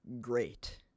great